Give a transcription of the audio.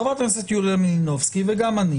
חברת הכנסת יוליה מלינובסקי וגם אני